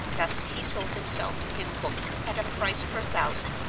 thus he sold himself hymn books at a price per thousand,